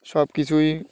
সব কিছুই